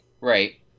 Right